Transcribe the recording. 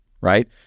right